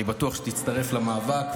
אני בטוח שתצטרף למאבק,